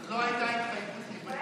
זו לא הייתה התחייבות ליבתית.